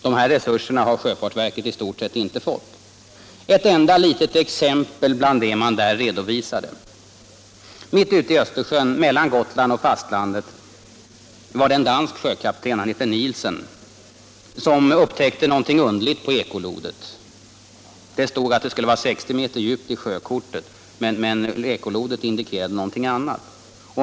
De här resurserna har sjöfartsverket i stort sett inte fått. Ett enda litet exempel bland det man där redovisade: Mitt ute i Östersjön, mellan Gotland och fastlandet, var det en dansk sjökapten — han hette Nielsen — som upptäckte någonting mycket underligt på ekolodet. Det stod på sjökortet att det skulle vara 60 meter djupt, men ekolodet indikerade någonting annat.